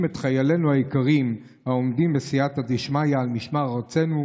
את חיילינו היקרים העומדים בסייעתא דשמיא על משמר ארצנו.